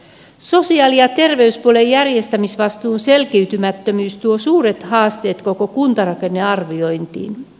sosiaali ja terveyspuolen järjestämisvastuun selkiytymättömyys tuo suuret haasteet koko kuntarakennearviointiin